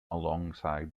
alongside